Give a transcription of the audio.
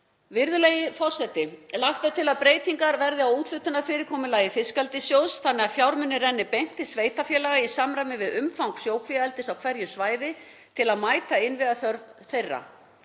Virðulegur forseti. Lagt er til að breytingar verði á úthlutunarfyrirkomulagi fiskeldissjóðs þannig að fjármunir renni beint til sveitarfélaga í samræmi við umfang sjókvíaeldis á hverju svæði til að mæta innviðaþörf